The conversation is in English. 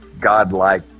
godlike